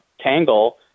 tangle